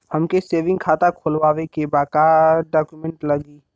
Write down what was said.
हमके सेविंग खाता खोलवावे के बा का डॉक्यूमेंट लागी?